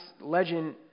legend